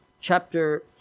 Chapter